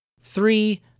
Three